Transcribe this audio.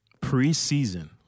pre-season